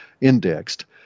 indexed